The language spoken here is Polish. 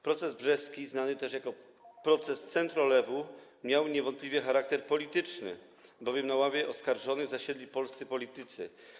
Proces brzeski, znany też jako proces Centrolewu, miał niewątpliwie charakter polityczny, bowiem na ławie oskarżonych zasiedli polscy politycy.